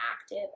active